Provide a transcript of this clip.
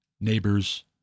neighbors